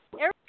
Air